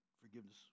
forgiveness